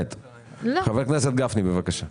חבר הכנסת גפני, בבקשה.